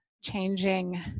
changing